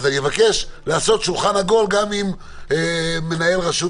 אני מבקש לעשות שולחן עגול גם עם מנהל רשות